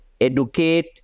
educate